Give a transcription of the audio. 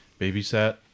babysat